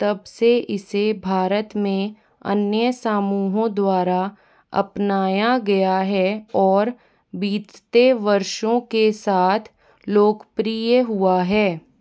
तब से इसे भारत में अन्य समूहों द्वारा अपनाया गया है और बीतते वर्षों के साथ लोकप्रिय हुआ है